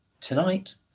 tonight